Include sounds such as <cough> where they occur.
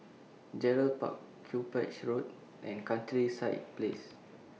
Gerald Park <unintelligible> Road and Countryside Place